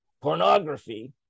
pornography